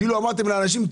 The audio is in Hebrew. כאילו אמרתם לאנשים,